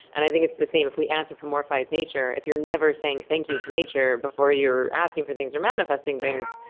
and i think it's the same. if we anthropomorphize nature if you're never saying thank you to nature before you're asking for things or manifesting things,